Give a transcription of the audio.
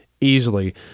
easily